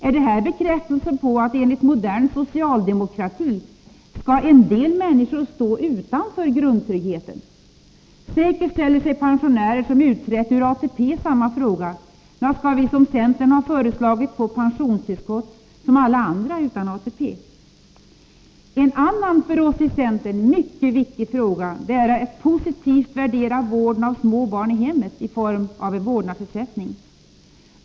Är detta bekräftelsen på att enligt modern socialdemo krati en del människor skall stå utanför grundtryggheten? Säkert ställer sig de pensionärer som utträtt ur ATP samma fråga: När skall vi, som centern föreslagit, få pensionstillskott som alla andra utan ATP? En annan för oss i centern mycket viktig fråga är att positivt värdera vården av små barn i hemmet i form av en vårdnadsersättning.